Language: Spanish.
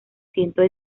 cientos